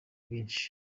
bwinshi